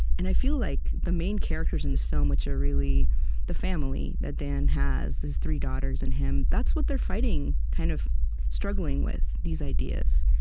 and i feel like the main characters in this film, which are really the family that dan has his three daughters and him that's what they're fighting, kind of struggling with, these ideas.